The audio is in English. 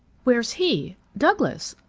where's he douglas.